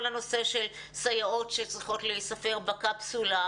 כל הנושא של סייעות שצריכות להיספר בקפסולה